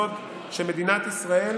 בשנייה.